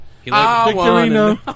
Victorino